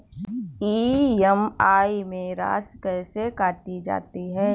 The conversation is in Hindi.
ई.एम.आई में राशि कैसे काटी जाती है?